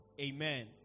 Amen